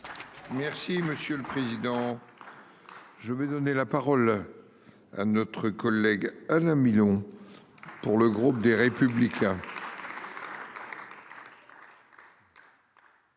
Merci monsieur le président. Je vais donner la parole. À notre collègue Alain Milon. Pour le groupe des Républicains.